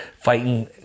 fighting